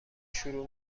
شروع